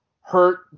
hurt